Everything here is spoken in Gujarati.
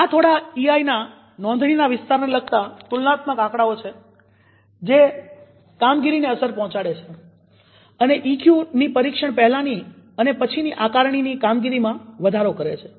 આ થોડા ઈઆઈ નાં નોંધણીના વિસ્તારને લગતા તુલનાત્મક આંકડાઓ છે જે કામગીરીને અસર પહોચાડે છે અને ઈક્યુ ની પરીક્ષણ પહેલાની અને પછીની આકરણીની કામગીરીમાં વધારો કરે છે